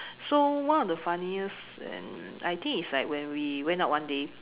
so one of the funniest and I think is like when we went out one day